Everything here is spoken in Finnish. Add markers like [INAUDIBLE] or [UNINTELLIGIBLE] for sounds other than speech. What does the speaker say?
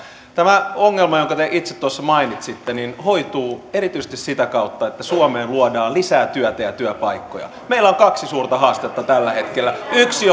tämä ongelma jonka te itse tuossa mainitsitte hoituu erityisesti sitä kautta että suomeen luodaan lisää työtä ja työpaikkoja meillä on kaksi suurta haastetta tällä hetkellä yksi [UNINTELLIGIBLE]